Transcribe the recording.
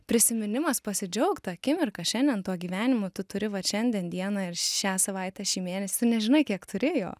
prisiminimas pasidžiaugt ta akimirka šiandien tuo gyvenimu tu turi vat šiandien dieną ir šią savaitę šį mėnesį tu nežinai kiek turi jo